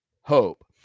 hope